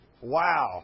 Wow